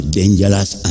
dangerous